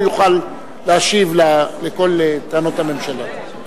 הוא יוכל להשיב על כל הטענות לממשלה.